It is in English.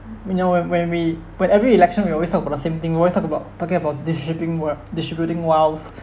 we know and when we but every election we always talk about the same thing we always talk about talking about distributing wealth distributing wealth